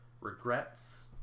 regrets